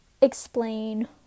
explain